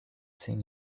seen